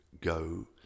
go